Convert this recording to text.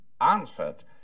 answered